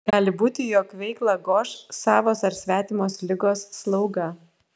gali būti jog veiklą goš savos ar svetimos ligos slauga